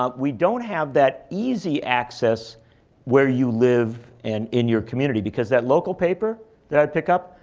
ah we don't have that easy access where you live and in your community, because that local paper that i pick up,